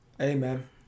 Amen